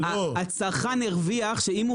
הוא משלם פי 3. הצרכן הרוויח שאם הוא